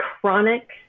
chronic